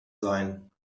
sein